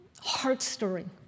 heart-stirring